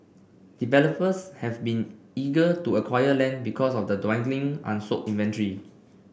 developers have been eager to acquire land because of the dwindling unsold inventory